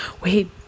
wait